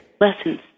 lessons